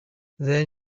then